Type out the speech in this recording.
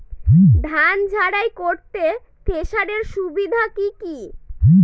ধান ঝারাই করতে থেসারের সুবিধা কি কি?